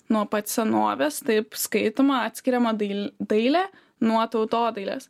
nuo pat senovės taip skaitoma atskiriama dail dailė nuo tautodailės